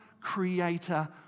Creator